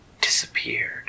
disappeared